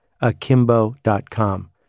akimbo.com